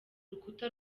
rukuta